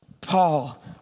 Paul